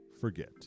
forget